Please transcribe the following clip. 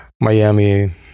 Miami